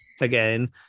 again